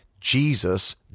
Jesus